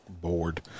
board